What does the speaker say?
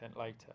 later